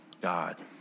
God